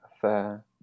fair